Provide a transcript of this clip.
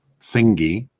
thingy